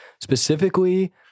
Specifically